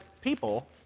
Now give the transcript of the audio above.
people